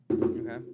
Okay